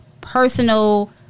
Personal